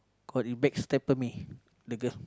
cause she backstabbed me the girl